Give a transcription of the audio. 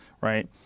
right